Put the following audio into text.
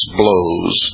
blows